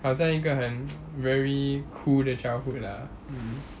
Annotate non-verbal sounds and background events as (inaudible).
好像一个很 (noise) very cool 的 childhood ah mm